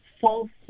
false